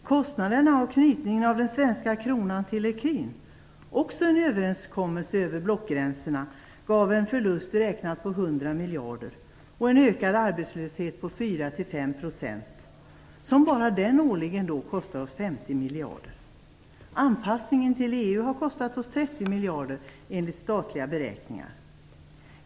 Kostnaderna av knytningen av den svenska kronan till ecun, också en överenskommelse över blockgränserna, gav en förlust räknad i 100 miljarder och en ökad arbetslöshet på 4-5 %, som bara den årligen kostar oss 50 miljarder. Anpassningen till EU har kostat oss 30 miljarder enligt statliga beräkningar.